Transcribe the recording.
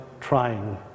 trying